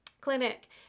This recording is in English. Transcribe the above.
clinic